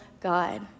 God